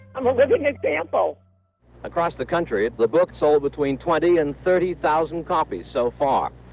i'm a living example across the country the book sold between twenty and thirty thousand copies so far,